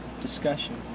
discussion